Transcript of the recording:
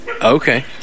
Okay